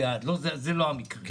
לא המקרה,